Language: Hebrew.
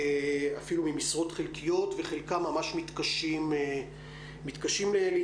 אפילו ממשרות חלקיות, וחלקם ממש מתקשים להתקיים.